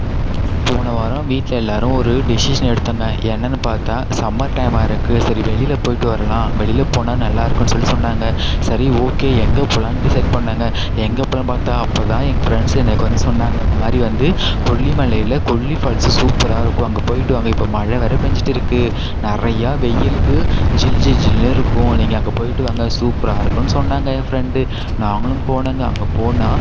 போன வாரம் வீட்டில் எல்லாரும் ஒரு டிசிஷன் எடுத்துட்டுருந்தாங்க என்னன்னு பார்த்தா சம்மர் டைம்மாக இருக்கு சரி வெளியில போய்விட்டு வரலாம் வெளியில் போனால் நல்லா இருக்கும்ன்னு சொல்லி சொன்னாங்க சரி ஓகே எங்கே போகலாம் டிசைட் பண்ணோங்க எங்கே போகலான்னு பார்த்தா அப்ப தான் ஏன் ஃப்ரெண்ட்ஸ் எனக்கு வந்து சொன்னாங்க இந்த மாதிரி வந்து கொல்லிமலையில் கொல்லி ஃபால்ஸ்ஸு சூப்பராக இருக்கும் அங்கே போயிவிட்டு வாங்க இப்போ மழை வேறு பேஞ்சுட்டு இருக்கு நிறையா வெயிலுக்கு ஜில்ஜில்ஜில்னு இருக்கும் நீங்கள் அங்கே போயிவிட்டு வாங்க சூப்பராக இருக்கும்னு சொன்னாங்க ஏன் ஃப்ரெண்டு நாங்களும் போனோங்க அங்கே போனால்